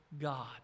God